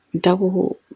double